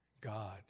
God